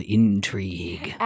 intrigue